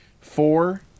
Four